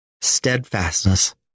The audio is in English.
steadfastness